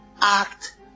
act